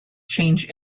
change